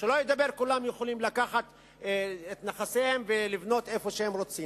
שלא ידבר על כך שכולם יכולים לקחת את נכסיהם ולבנות איפה שהם רוצים.